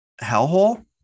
hellhole